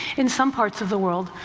in some parts of the world,